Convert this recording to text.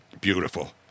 Beautiful